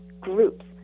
groups